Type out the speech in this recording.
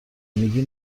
میگی